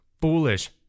foolish